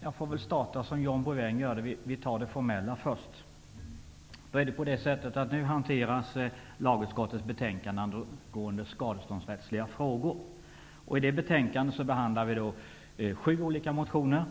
Jag får väl starta, som John Bouvin gjorde, med att ta det formella först. Nu hanteras lagutskottets betänkande angående skadeståndsrättsliga frågor. I detta betänkande behandlas sju olika motioner.